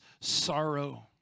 sorrow